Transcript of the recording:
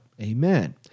Amen